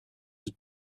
was